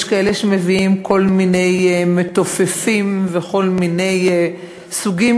יש כאלה שמביאים כל מיני מתופפים וכל מיני סוגים